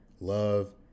love